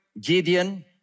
Gideon